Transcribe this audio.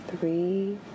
three